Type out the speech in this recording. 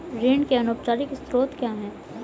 ऋण के अनौपचारिक स्रोत क्या हैं?